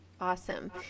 Awesome